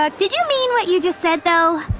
like did you mean what you just said, though?